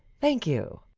thank you.